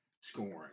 scoring